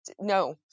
no